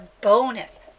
bonus